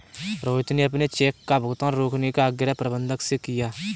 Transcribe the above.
रोहित ने अपने चेक का भुगतान रोकने का आग्रह प्रबंधक से किया है